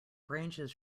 branches